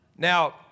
Now